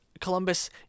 Columbus